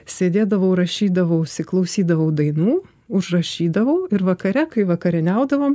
sėdėdavau rašydavausi klausydavau dainų užrašydavau ir vakare kai vakarieniaudavom